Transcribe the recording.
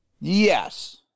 yes